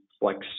flex